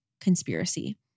conspiracy